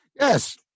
Yes